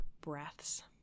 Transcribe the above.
breaths